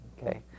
Okay